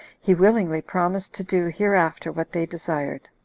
he willingly promised to do hereafter what they desired.